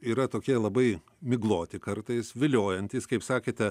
yra tokie labai migloti kartais viliojantys kaip sakėte